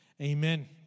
Amen